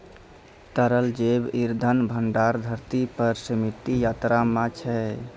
तरल जैव इंधन भंडार धरती पर सीमित मात्रा म छै